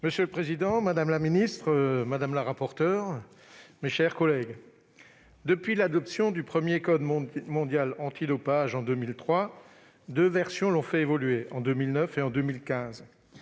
Monsieur le président, madame la ministre, mes chers collègues, depuis l'adoption du premier code mondial antidopage, en 2003, deux versions l'ont fait évoluer, en 2009 et en 2015.